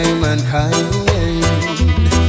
mankind